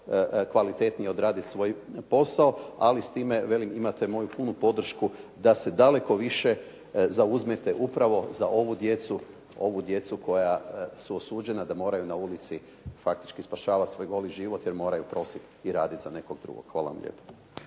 kvalitetnije odradit svoj posao, ali s time velim imate moju punu podršku da se daleko više zauzmete upravo za ovu djecu, ovu djecu koja su osuđena da moraju na ulici faktički spašavat svoj goli život jer moraju prosit i radit za nekog drugog. Hvala vam lijepo.